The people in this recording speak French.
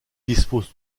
dispose